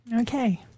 Okay